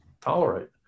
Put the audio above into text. tolerate